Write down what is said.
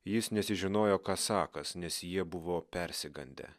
jis nesižinojo ką sakąs nes jie buvo persigandę